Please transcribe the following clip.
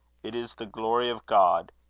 it is the glory of god,